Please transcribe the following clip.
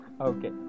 Okay